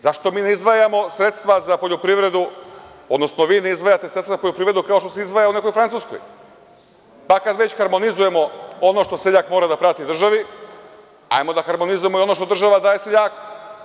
Zašto mi ne izdvajamo sredstva za poljoprivredu, odnosno vi ne izdvajate sredstva za poljoprivredu kao što se izdvaja u nekoj Francuskoj, pa kad već harmonizujemo ono što seljak mora da plati državi, hajmo da harmonizujemo i ono što država daje seljaku?